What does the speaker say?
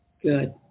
Good